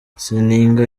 seninga